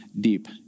deep